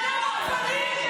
וגם הגברים.